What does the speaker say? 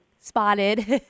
spotted